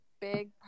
big